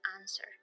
answer